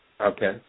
Okay